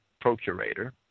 procurator